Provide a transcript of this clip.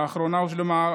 באחרונה הושלמה,